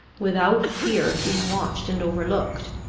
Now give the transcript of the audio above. without fear of being watched and overlooked.